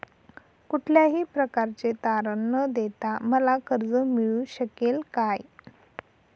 कुठल्याही प्रकारचे तारण न देता मला कर्ज मिळू शकेल काय?